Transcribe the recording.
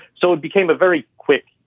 so it became a very quick,